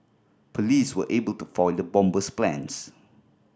police were able to foil the bomber's plans